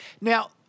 Now